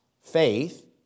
faith